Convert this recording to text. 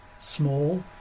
small